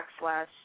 backslash